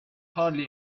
hardly